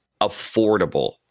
affordable